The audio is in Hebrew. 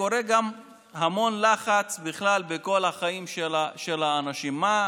יש המון לחץ בחיים של האנשים בכלל.